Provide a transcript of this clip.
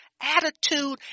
attitude